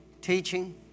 teaching